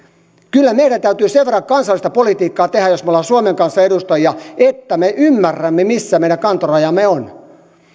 kyllä meidän täytyy sen verran kansallista politiikkaa tehdä jos me olemme suomen kansanedustajia että me ymmärrämme missä meidän kantorajamme ovat tämä on